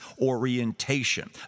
orientation